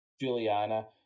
Juliana